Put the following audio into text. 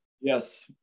Yes